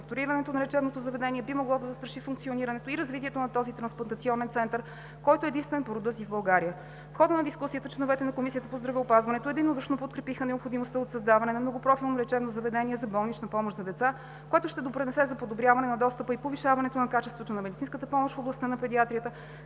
преструктурирането на лечебното заведение би могло да застраши функционирането и развитието на този трансплантационен център, който е единствен по рода си в България. В хода на дискусията членовете на Комисията по здравеопазването единодушно подкрепиха необходимостта от създаването на многопрофилно лечебно заведение за болнична помощ за деца, което ще допринесе за подобряване на достъпа и повишаване на качеството на медицинската помощ в областта на педиатрията,